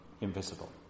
invisible